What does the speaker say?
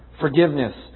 Forgiveness